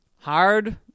hard